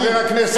חבר הכנסת,